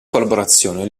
collaborazione